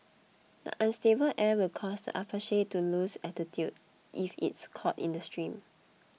the unstable air will cause the Apache to lose altitude if it is caught in the stream